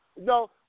No